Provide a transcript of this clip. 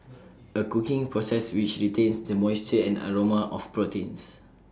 A cooking process which retains the moisture and aroma of proteins